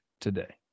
today